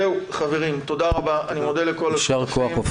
זהו, חברים, תודה רבה, אני מודה לכל המשתתפים.